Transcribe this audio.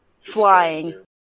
flying